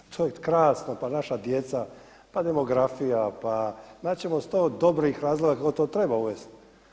To je krasno, pa naša djeca, pa demografija, naći ćemo sto dobrih razloga kako to treba uvesti.